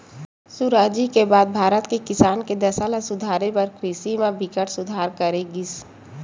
सुराजी के बाद भारत के किसान के दसा ल सुधारे बर कृषि म बिकट सुधार करे गिस